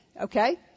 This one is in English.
okay